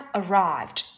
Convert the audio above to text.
arrived